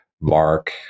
Mark